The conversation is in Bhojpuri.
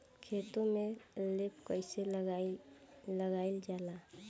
खेतो में लेप कईसे लगाई ल जाला?